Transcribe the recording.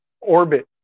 orbit